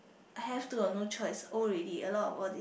I have to or no choice old already a lot of of this